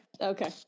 Okay